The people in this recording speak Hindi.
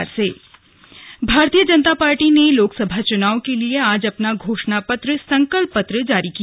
भाजपा संकल्प पत्र भारतीय जनता पार्टी ने लोकसभा चुनाव के लिए आज अपना घोषणा पत्र संकल्प पत्र जारी किया